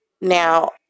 Now